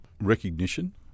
recognition